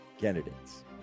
candidates